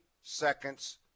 seconds